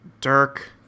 Dirk